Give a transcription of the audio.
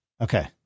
Okay